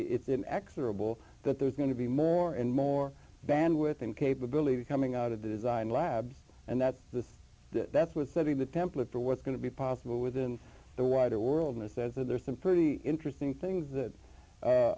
bull that there's going to be more and more bandwidth and capability coming out of the design labs and that's the that's what study the template for what's going to be possible within the wider world and says that there's some pretty interesting things that are